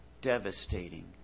Devastating